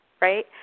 right